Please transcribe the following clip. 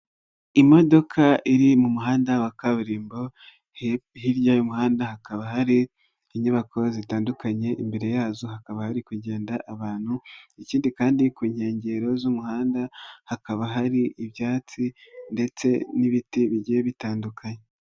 Imodoka iri mu muhanda wa kaburimbo hirya y'umuhanda hakaba hari inyubako zitandukanye imbere yazo hakaba hari kugenda abantu, ikindi kandi ku nkengero z'umuhanda hakaba hari ibyatsi ndetse n'ibiti bigiye bitandukanye.